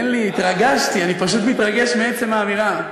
תן לי, התרגשתי, אני פשוט מתרגש מעצם האמירה.